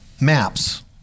maps